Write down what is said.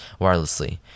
wirelessly